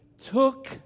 took